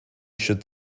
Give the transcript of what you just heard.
should